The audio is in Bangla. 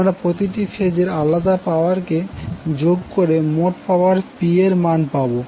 আমরা প্রতিটি ফেজের আলাদা পাওয়ার কে যোগ করে মোট পাওয়ার P এর মান পাবো